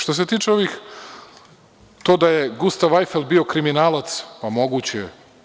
Što se tiče ovih, to da je Gustav Ajfeld bio kriminalac, pa moguće je.